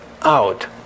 out